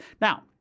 Now